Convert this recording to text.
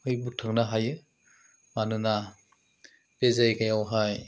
यै बोगथांनो हायो मानोना बे जायगायावहाय